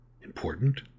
important